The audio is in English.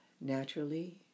naturally